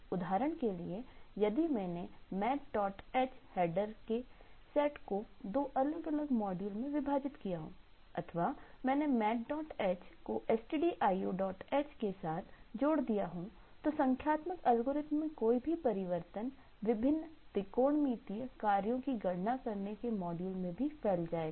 उदाहरण के लिए यदि मैंने mathh हेडर के सेट को दो अलग अलग मॉड्यूल में विभाजित किया हो अथवा मैंने mathh को stdioh के साथ जोड़ दिया हो तो संख्यात्मक एल्गोरिथ्म में कोई भी परिवर्तन विभिन्न त्रिकोणमितीय कार्यों की गणना करने के मॉड्यूल में फैल जाएगा